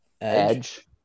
Edge